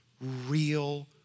real